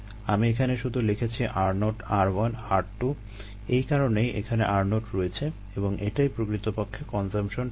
আমি এখানে শুধু লিখেছি r0 r1 r2 এই কারণেই এখানে r0 রয়েছে এবং এটাই প্রকৃতপক্ষে কনজাম্পশন টার্ম